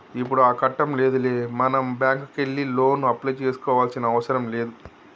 ఇప్పుడు ఆ కట్టం లేదులే మనం బ్యాంకుకే వెళ్లి లోను అప్లై చేసుకోవాల్సిన అవసరం లేదు